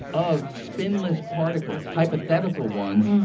of spinless particles, hypothetical ones,